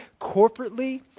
corporately